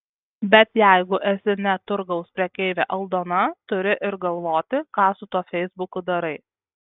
bet jeigu esi ne turgaus prekeivė aldona turi ir galvoti ką su tuo feisbuku darai